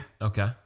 Okay